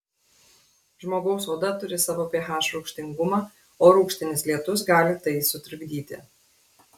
žmogaus oda turi savo ph rūgštingumą o rūgštinis lietus gali tai sutrikdyti